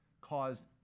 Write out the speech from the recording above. caused